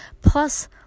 plus